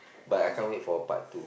but I can't wait for part two